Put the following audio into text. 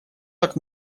так